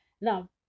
now